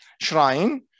shrine